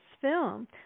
film